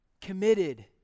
Committed